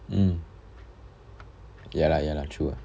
ya lah ya lah true lah